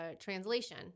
translation